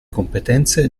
competenze